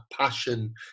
passion